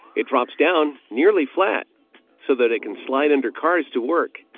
it drops down nearly flat so that it can slide under cars to work.